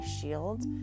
shield